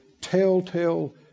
telltale